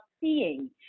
seeing